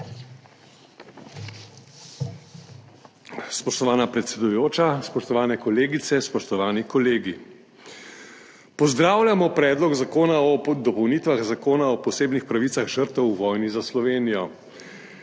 Spoštovana predsedujoča, spoštovane kolegice, spoštovani kolegi! Pozdravljamo Predlog zakona o dopolnitvah Zakona o posebnih pravicah žrtev v vojni za Slovenijo.